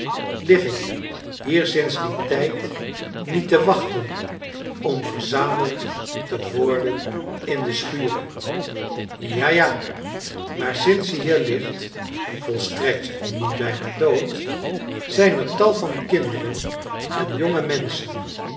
lig ik hier sinds dien tijd niet te wachten om verzameld te worden in de schure ja ja maar sinds je hier ligt volstrekt niet bijna dood zijn er tal van kinderen en jonge menschen